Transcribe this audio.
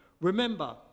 Remember